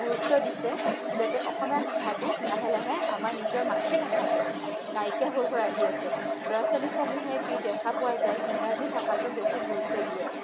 গুৰুত্ব দিছে যাতে অসমীয়া ভাষাটো লাহে লাহে আমাৰ নিজৰ মাতৃভাষাটো নাইকিয়া হৈ হৈ আহি আছে ল'ৰা ছোৱালীসমূহে যি দেখা পোৱা যায় ইংৰাজী ভাষাটোক বেছি গুৰুত্ব দিয়ে